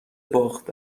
باخت